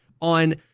on